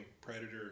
Predator